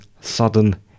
sudden